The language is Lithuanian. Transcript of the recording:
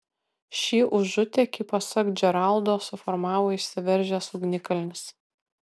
šį užutėkį pasak džeraldo suformavo išsiveržęs ugnikalnis